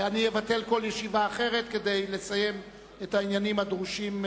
ואבטל כל ישיבה אחרת כדי לסיים את העניינים הדרושים,